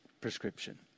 prescription